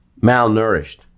malnourished